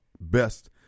best